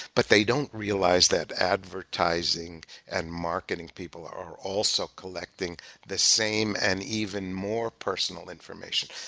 but they don't realize that advertising and marketing people are also collecting the same and even more personal information.